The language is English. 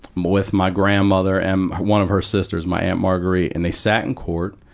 with my grandmother and one of her sisters, my aunt marguerite, and they sat in court,